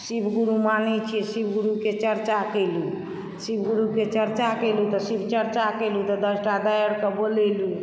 शिवगुरु मानैत छियै शिवगुरुके चर्चा कैलू तऽ शिवगुरुके चर्चा कैलू तऽ शिवचर्चा कैलू तऽ दशटा दाइ अरके बुलेलु